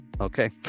okay